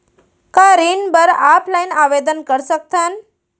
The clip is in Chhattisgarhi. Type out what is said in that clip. का ऋण बर ऑफलाइन आवेदन कर सकथन?